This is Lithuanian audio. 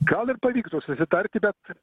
gal ir pavyktų susitarti bet